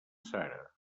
sara